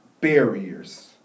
barriers